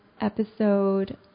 episode